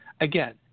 again